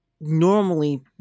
Normally